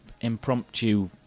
impromptu